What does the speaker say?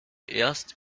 erst